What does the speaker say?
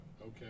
Okay